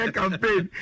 campaign